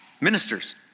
ministers